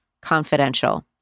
confidential